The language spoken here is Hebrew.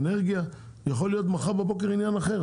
האנרגיה ומחר בבוקר יכול להיות עניין אחר,